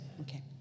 okay